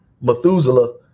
Methuselah